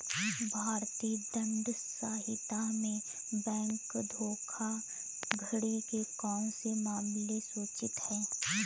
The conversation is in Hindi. भारतीय दंड संहिता में बैंक धोखाधड़ी के कौन से मामले सूचित हैं?